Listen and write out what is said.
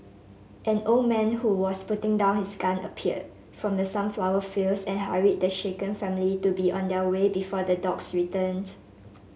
an old man who was putting down his gun appeared from the sunflower fields and hurried the shaken family to be on their way before the dogs return